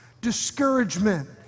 discouragement